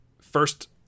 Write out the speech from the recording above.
first